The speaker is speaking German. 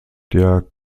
der